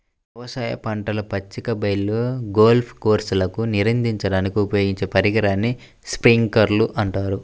వ్యవసాయ పంటలు, పచ్చిక బయళ్ళు, గోల్ఫ్ కోర్స్లకు నీరందించడానికి ఉపయోగించే పరికరాన్ని స్ప్రింక్లర్ అంటారు